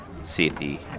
city